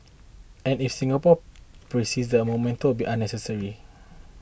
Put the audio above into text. and if Singapore persists then a monument will be unnecessary